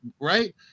right